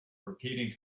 repeating